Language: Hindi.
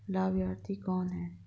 लाभार्थी कौन है?